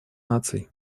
наций